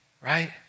right